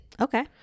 Okay